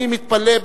אני מתפלא,